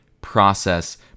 process